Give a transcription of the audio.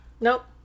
Nope